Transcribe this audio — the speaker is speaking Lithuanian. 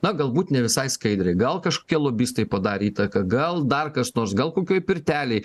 na galbūt ne visai skaidriai gal kažkokie lobistai padarė įtaką gal dar kas nors gal kokioj pirtelėj